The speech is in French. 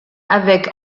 avec